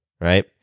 right